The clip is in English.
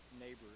neighbors